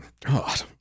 God